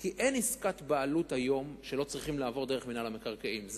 כי אין עסקת בעלות היום שלא צריכים לעבור דרך מינהל המקרקעין.